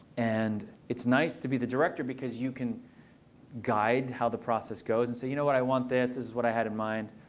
and it's nice to be the director, because you can guide how the process goes. and so you know what i want this. this is what i had in mind.